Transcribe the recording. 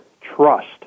Trust